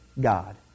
God